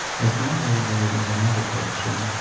as my road lay in another direction,